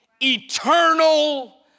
eternal